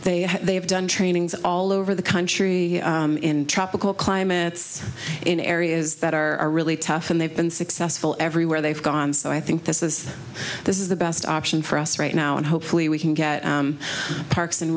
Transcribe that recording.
they have done trainings all over the country in tropical climates in areas that are really tough and they've been successful everywhere they've gone so i think this is this is the best option for us right now and hopefully we can get parks and